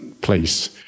place